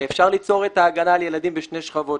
אפשר ליצור את ההגנה על ילדים בשתי שכבות.